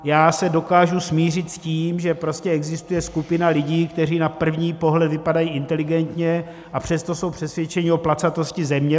Já se dokážu smířit s tím, že prostě existuje skupina lidí, kteří na první pohled vypadají inteligentně, a přesto jsou přesvědčeni o placatosti Země.